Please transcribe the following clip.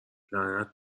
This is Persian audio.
لعنت